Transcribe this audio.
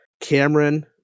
Cameron